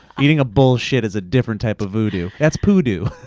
eating a bullshit is a different type of voodoo. that's poodoo.